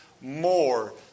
more